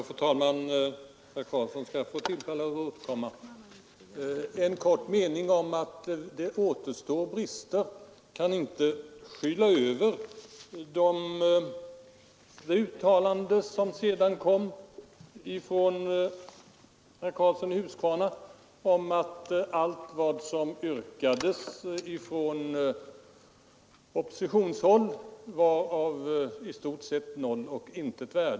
Fru talman! Herr Karlsson i Huskvarna skall få tillfälle att återkomma. En kort mening om att det återstår brister kan inte skyla över det uttalande som sedan kom från herr Karlsson i Huskvarna om att allt vad som yrkades från oppositionshåll i stort sett var av noll och intet värde.